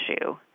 issue